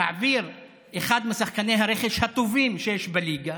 להעביר אחד משחקני הרכש הטובים שיש בליגה,